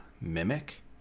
mimic